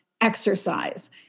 exercise